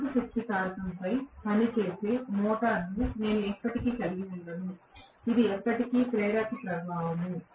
ప్రముఖ శక్తి కారకంపై పనిచేసే మోటారును నేను ఎప్పటికీ కలిగి ఉండను ఇది ఎల్లప్పుడూ ప్రేరక ప్రభావం